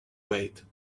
wait